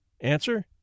Answer